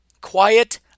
Quiet